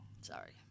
Sorry